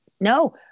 no